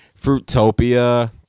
Fruitopia